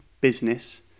business